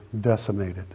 decimated